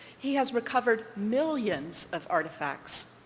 he has recovered millions of artifacts,